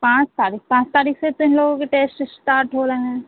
पाँच तारीख पाँच तारीख से तो इन लोगों के टेस्ट स्टाट हो रहे हैं